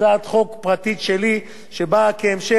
שבאה כהמשך להצעת חוק קודמת,